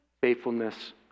faithfulness